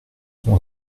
sont